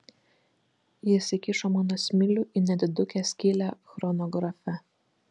jis įkišo mano smilių į nedidukę skylę chronografe